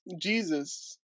Jesus